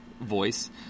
voice